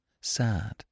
sad